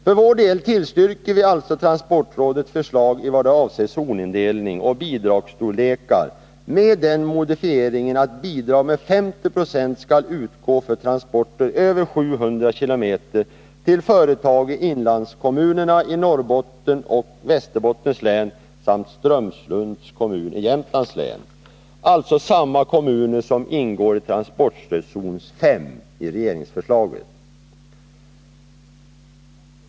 För vår del tillstyrker vi alltså transportrådets förslag i vad det avser zonindelning och bidragsstorlekar, med den modifieringen att bidrag med 50 96 skall utgå för transporter över 700 km till företag i inlandskommunerna i Norrbottens och Västerbottens län samt Strömsunds kommun i Jämtlands län, dvs. samma kommuner som ingår i transportstödzon 5 i regeringsförslaget.